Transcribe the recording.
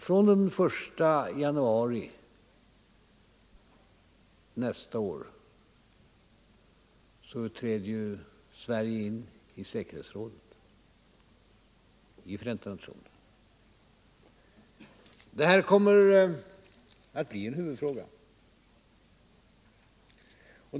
Den första januari nästa år träder Sverige in i säkerhetsrådet i Förenta nationerna. Detta kommer att bli en huvudfråga.